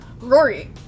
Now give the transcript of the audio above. Rory